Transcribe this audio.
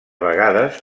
vegades